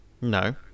No